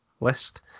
list